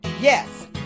Yes